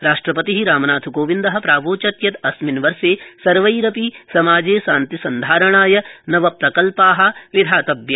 राष्ट्रपति रामनाथकोविन्दः प्रावोचत् यत् अस्मिन् वर्षे सर्वेरपि समाजे शान्तिसन्धारणाय नवप्रकल्पा विधातव्या